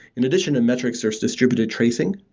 in addition to metrics, there'd distributed tracking.